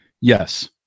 yes